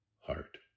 heart